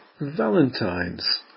Valentines